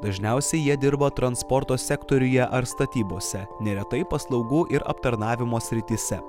dažniausiai jie dirba transporto sektoriuje ar statybose neretai paslaugų ir aptarnavimo srityse